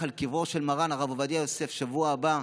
על קברו של מרן הרב עובדיה יוסף בשבוע הבא,